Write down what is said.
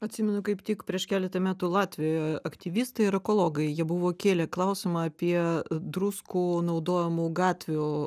atsimenu kaip tik prieš keletą metų latvijoje aktyvistai ir ekologai jie buvo kėlė klausimą apie druskų naudojamų gatvių